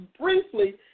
briefly